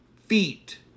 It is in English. feet